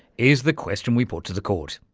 is the question we put to the court.